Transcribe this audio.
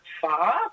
far